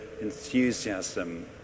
enthusiasm